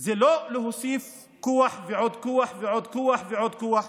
זה לא להוסיף כוח ועוד כוח ועוד כוח ועוד כוח.